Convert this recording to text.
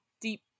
deep